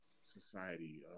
society